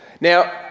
Now